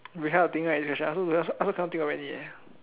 you cannot think right this question I I I also cannot think of any